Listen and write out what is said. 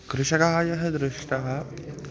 कृषकः यः दृष्टः